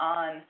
on